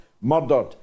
murdered